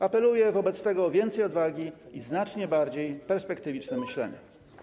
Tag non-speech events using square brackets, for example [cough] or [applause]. Apeluję wobec tego o więcej odwagi i znacznie bardziej perspektywiczne [noise] myślenie.